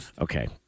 Okay